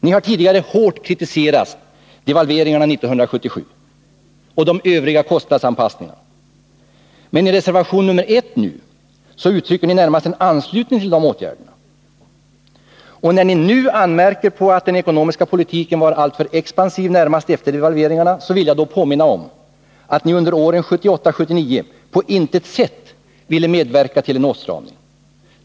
Ni har tidigare hårt kritiserat devalveringarna 1977 och de övriga kostnadsanpassningarna, men i reservation nr 1 uttrycker ni närmast er anslutning till dessa åtgärder. Och när ni nu anmärker på att den ekonomiska politiken var alltför expansiv närmast efter devalveringarna, vill jag påminna om att ni under åren 1978 och 1979 på intet sätt ville medverka till en åtstramning.